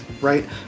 right